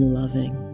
loving